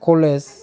college